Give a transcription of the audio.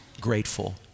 grateful